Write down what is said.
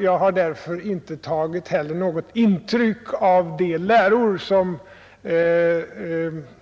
Jag har därför inte heller tagit något intryck av de läror som